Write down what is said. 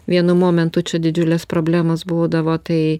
vienu momentu čia didžiulės problemos būdavo tai